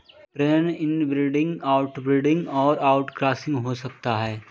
प्रजनन inbreeding, outbreeding और outcrossing हो सकता है